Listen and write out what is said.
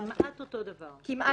כמעט אותו דבר.